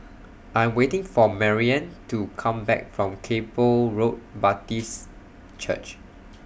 I'm waiting For Maryann to Come Back from Kay Poh Road Baptist Church